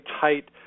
tight